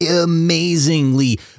amazingly